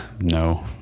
no